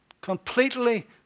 Completely